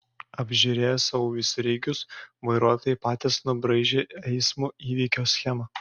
apžiūrėję savo visureigius vairuotojai patys nubraižė eismo įvykio schemą